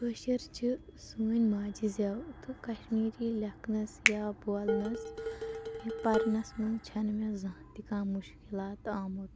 کٲشِر چھِ سٲنٛۍ ماجہِ زیٚو تہٕ کَشمیٖری لیٚکھنَس یا بولنَس یہِ پَرنَس مَنٛز چھَ نہٕ مےٚ زانٛہہ تہِ کانٛہہ مُشکِلات آمُت